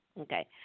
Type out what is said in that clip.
okay